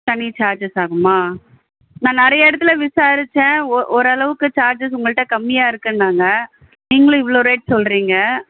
தனி சார்ஜஸ் ஆகுமா நான் நிறைய இடத்துல விசாரித்தேன் ஓரளவுக்கு சார்ஜஸ் உங்கள்கிட்ட கம்மியாக இருக்குதுன்னாங்க நீங்களும் இவ்வளோ ரேட் சொல்கிறீங்க